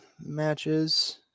matches